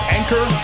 Anchor